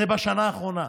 זה, בשנה האחרונה.